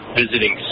visiting